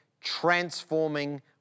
transforming